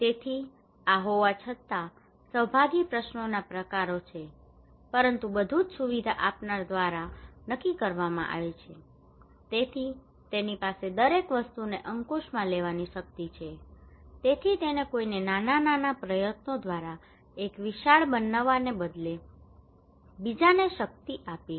તેથી આ હોવા છતાં સહભાગી પ્રશ્નોના પ્રકારો છે પરંતુ બધું જ સુવિધા આપનાર દ્વારા નક્કી કરવામાં આવે છે તેથી તેની પાસે દરેક વસ્તુને અંકુશમાં લેવાની શક્તિ છે તેથી તેણે કોઈને નાના નાના પ્રયત્નો દ્વારા એક વિશાળ બનવાને બદલે બીજાને શક્તિ આપી